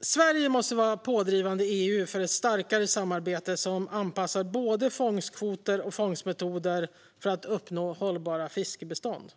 Sverige måste vara pådrivande i EU för ett starkare samarbete, där både fångstkvoter och fångstmetoder anpassas för att uppnå hållbara fiskbestånd.